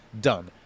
done